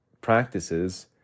practices